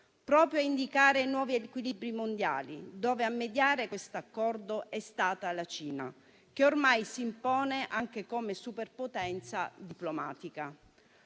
proprio a indicare nuovi equilibri mondiali: a mediare questo accordo è stata la Cina, che ormai si impone anche come superpotenza diplomatica.